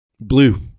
Blue